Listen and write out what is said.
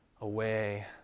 away